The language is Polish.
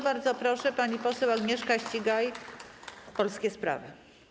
Bardzo proszę, pani poseł Agnieszka Ścigaj, Polskie Sprawy.